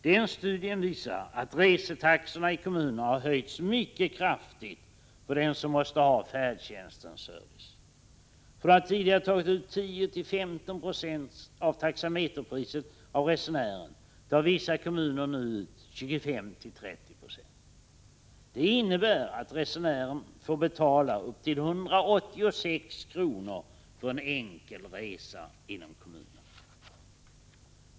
Den studien visar att resetaxorna i kommunerna har höjts mycket kraftigt för den som måste ha färdtjänstens service. Från att tidigare tagit ut 10-15 9c av taxameterpriset av resenären tar vissa kommuner nu ut 25-30 96. Det innebär att resenären får betala upp till 186 kr. för en enkelresa inom kommunen.